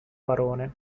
barone